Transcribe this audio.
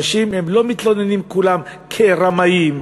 אנשים לא מתלוננים כולם כרמאים,